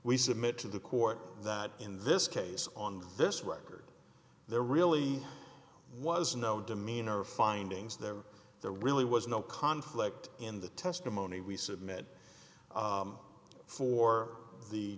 we submit to the court that in this case on this record there really was no demeanor or findings there there really was no conflict in the testimony we submitted for the